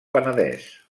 penedès